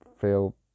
feel